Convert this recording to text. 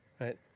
Right